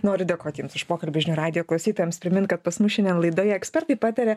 noriu dėkot jums už pokalbį žinių radijo klausytojams primint kad pas mus šiandien laidoje ekspertai pataria